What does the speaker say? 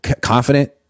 confident